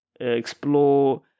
explore